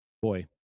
Boy